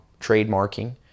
trademarking